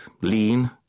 lean